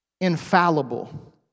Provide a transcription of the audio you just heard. infallible